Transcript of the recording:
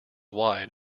wide